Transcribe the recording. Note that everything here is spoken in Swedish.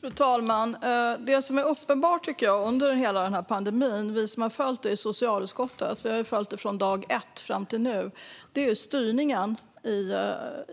Fru talman! Det som varit uppenbart under hela pandemin för oss som har följt den i socialutskottet från dag ett fram till nu är styrningen